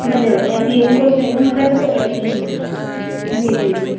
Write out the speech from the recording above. बंधे होते हैं जी उनको होता था तो जी जी जी